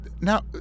now